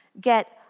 Get